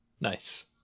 Nice